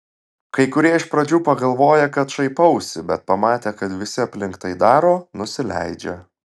kai kurie iš pradžių pagalvoja kad šaipausi bet pamatę kad visi aplink tai daro nusileidžia